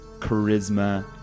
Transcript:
charisma